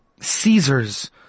Caesars